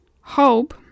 Hope